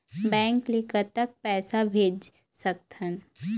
Bank ले कतक पैसा भेज सकथन?